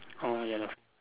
orh ya lah